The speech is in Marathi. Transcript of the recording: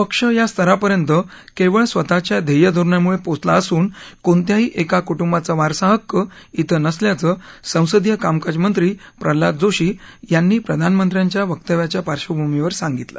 पक्ष या स्तरापर्यंत केवळ स्वतःच्या ध्येयधोरणांमुळे पोचला असून कोणत्याही एका कुटुंबाचा वारसाहक्क ब्रे नसल्याचं संसदीय कामकाज मंत्री प्रल्हाद जोशी यांनी प्रधानमंत्र्यांच्या वक्तव्याच्या पार्श्वभूमीवर सांगितलं